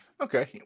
Okay